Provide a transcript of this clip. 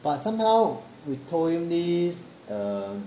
but somehow we told him this err